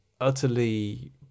utterly